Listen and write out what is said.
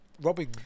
robbing